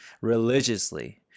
religiously